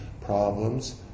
problems